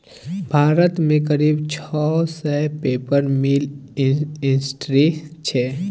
भारत मे करीब छह सय पेपर मिल इंडस्ट्री छै